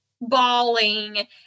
bawling